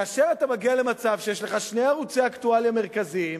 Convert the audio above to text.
כאשר אתה מגיע למצב שיש לך שני ערוצי אקטואליה מרכזיים,